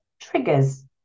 Triggers